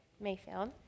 Mayfield